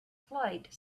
flight